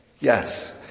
Yes